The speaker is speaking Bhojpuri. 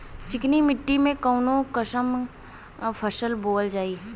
चिकनी मिट्टी में कऊन कसमक फसल बोवल जाई?